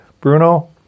Bruno